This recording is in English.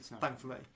thankfully